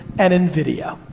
and in video.